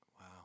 Wow